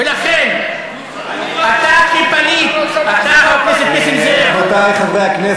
ולכן, אתה, כפליט, רבותי, חברי הכנסת.